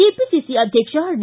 KPCC ಅಧ್ವಕ್ಷ D